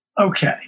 Okay